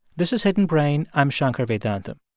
this is hidden brain. i'm shankar vedantam.